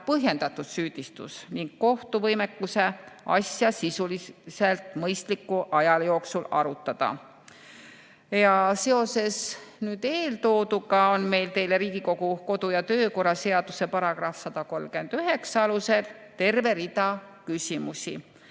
põhjendatud süüdistus ning kohtu võimekuse asja sisuliselt mõistliku aja jooksul arutada. Seoses eeltooduga on meil teile Riigikogu kodu- ja töökorra seaduse § 139 alusel terve rida küsimusi.